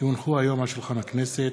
כי הונחו על שולחן הכנסת,